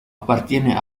appartiene